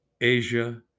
asia